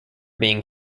being